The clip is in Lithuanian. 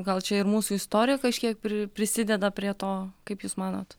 gal čia ir mūsų istorija kažkiek prisideda prie to kaip jūs manot